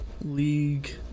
league